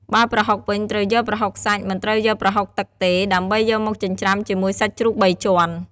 បើប្រហុកវិញត្រូវយកប្រហុកសាច់ មិនត្រូវយកប្រហុកទឹកទេ ដើម្បីយកមកចិញ្ច្រាំជាមួយសាច់ជ្រូកបីជាន់។